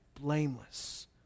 blameless